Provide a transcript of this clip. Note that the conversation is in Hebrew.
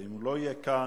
ואם הוא לא יהיה כאן,